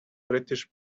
british